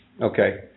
Okay